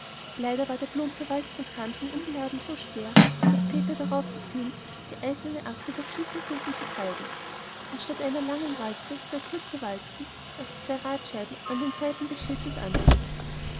leider war der plumpe walzenkarren schon unbeladen so schwer daß peter darauf verfiel die eiserne achse durch schlittenkufen zu treiben und statt der einen langen walze zwei kurze walzen also zwei radscheiben an den seiten des schlittens anzustecken